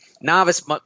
novice